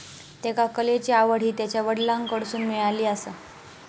त्येका कलेची आवड हि त्यांच्या वडलांकडसून मिळाली आसा